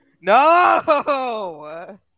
no